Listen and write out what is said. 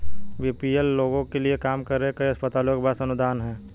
BPL लोगों के लिए काम कर रहे कई अस्पतालों के पास अनुदान हैं